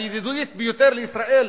הידידותית ביותר לישראל,